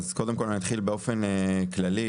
קודם כל, אני אתחיל באופן כללי.